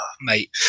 mate